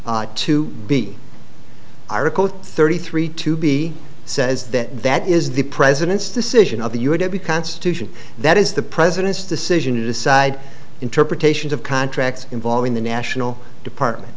b article thirty three to be says that that is the president's decision of the euro to be constitution that is the president's decision to decide interpretations of contracts involving the national department